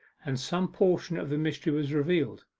and some portion of the mystery was revealed.